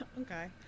okay